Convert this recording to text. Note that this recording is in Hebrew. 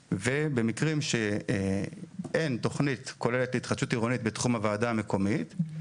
ובמקרים שאין תכנית כוללת להתחדשות עירונית בתחום הוועדה המקומית,